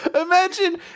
imagine